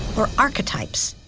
or archetypes.